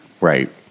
right